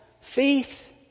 faith